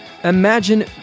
Imagine